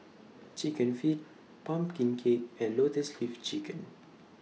Chicken Feet Pumpkin Cake and Lotus Leaf Chicken